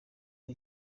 ari